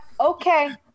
Okay